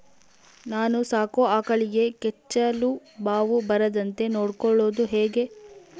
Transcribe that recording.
ನಾನು ಸಾಕೋ ಆಕಳಿಗೆ ಕೆಚ್ಚಲುಬಾವು ಬರದಂತೆ ನೊಡ್ಕೊಳೋದು ಹೇಗೆ?